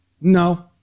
No